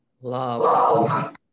love